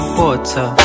water